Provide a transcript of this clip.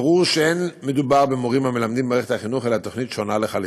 ברור שלא מדובר במורים המלמדים במערכת החינוך אלא בתוכנית שונה לחלוטין,